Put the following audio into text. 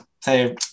say